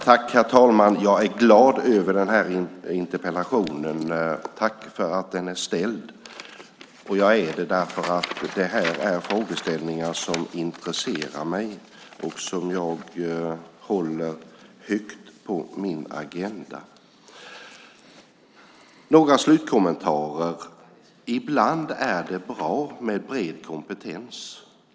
Herr talman! Jag är glad över den här interpellationen. Tack för att den blev ställd. Jag är glad, för detta är frågeställningar som intresserar mig och som står högt på min agenda. Jag har några slutkommentarer. Ibland är det bra med bred kompetens.